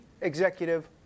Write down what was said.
executive